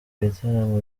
bitaramo